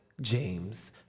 James